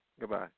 goodbye